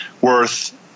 worth